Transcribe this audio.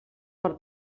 per